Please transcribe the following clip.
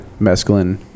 mescaline